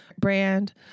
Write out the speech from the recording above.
brand